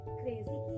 crazy